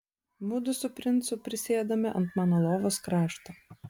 mudu su princu prisėdome ant mano lovos krašto